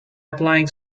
applying